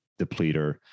depleter